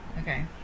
Okay